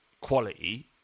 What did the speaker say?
quality